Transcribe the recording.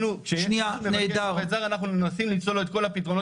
כשיש מחסור, אנחנו מנסים למצוא לו את כל הפתרונות.